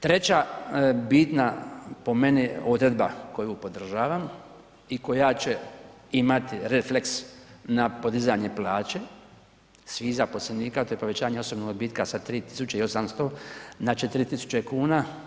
Treća bitna po meni odredba koju podržavam i koja će imati refleks na podizanje plaće svih zaposlenika, to je povećanje osobnog odbitka sa 3800 na 4000 kuna.